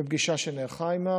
בפגישה שנערכה עימם.